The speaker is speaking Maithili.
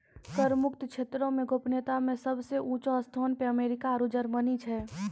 कर मुक्त क्षेत्रो मे गोपनीयता मे सभ से ऊंचो स्थानो पे अमेरिका आरु जर्मनी छै